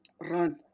run